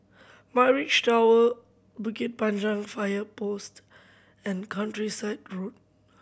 Mirage Tower Bukit Panjang Fire Post and Countryside Road